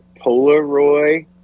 Polaroid